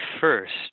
first